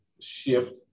shift